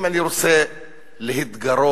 אם אני רוצה להתגרות,